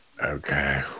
Okay